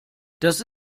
das